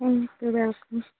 thank you welcome